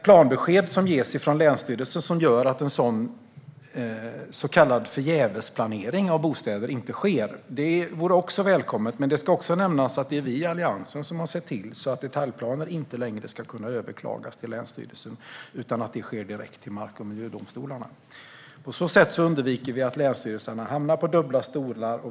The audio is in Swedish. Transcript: Planbesked från länsstyrelsen som gör att så kallad förgävesplanering av bostäder inte sker vore också välkommet. Det ska också nämnas att det är vi i Alliansen som har sett till att detaljplaner inte längre kan överklagas till länsstyrelsen, utan det ska ske direkt till mark och miljödomstolarna. På så sätt undviker vi att länsstyrelserna hamnar på dubbla stolar.